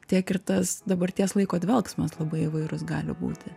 tiek ir tas dabarties laiko dvelksmas labai įvairus gali būti